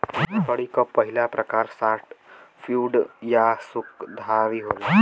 लकड़ी क पहिला प्रकार सॉफ्टवुड या सकुधारी होला